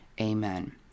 Amen